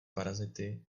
parazity